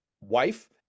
wife